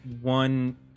one